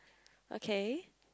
okay